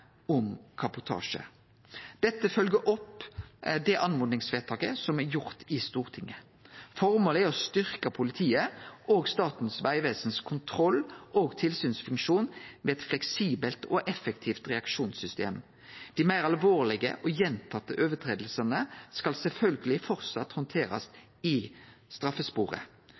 om kabotasje. Det følgjer opp det oppmodingsvedtaket som er gjort i Stortinget. Formålet er å styrkje politiet og Statens vegvesen sin kontroll og tilsynsfunksjon med eit fleksibelt og effektivt reaksjonssystem. Dei meir alvorlege og gjentatte brota skal sjølvsagt framleis handterast i straffesporet,